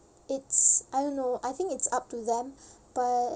it's I don't know I think it's up to them but